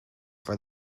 for